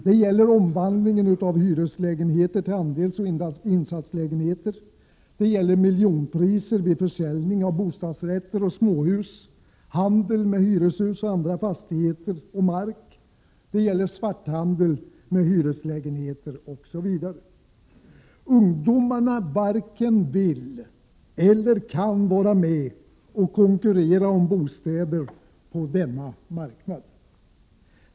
Det gäller omvandlingen av hyreslägenheter till andelsoch insatslägenheter, miljonpriser vid försäljning av bostadsrätter och småhus, handel med hyreslägenheter osv. Ungdomarna varken vill eller kan konkurrera om bostäder på denna marknad.